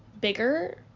bigger